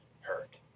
hurt